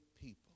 people